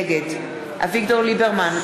נגד אביגדור ליברמן,